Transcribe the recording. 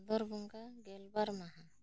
ᱵᱷᱟᱫᱚᱨ ᱵᱚᱸᱜᱟ ᱜᱮᱞᱵᱟᱨ ᱢᱟᱦᱟᱸ